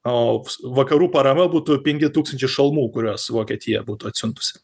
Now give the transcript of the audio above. o vakarų parama būtų penki tūkstančiai šalmų kuriuos vokietija būtų atsiuntusi